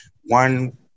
One-